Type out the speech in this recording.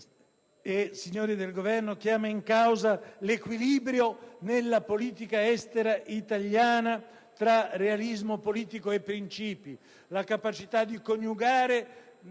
signori del Governo, chiama in causa l'equilibrio nella politica estera italiana tra realismo politico e principi, cioè la capacità di coniugare